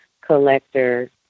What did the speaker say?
collector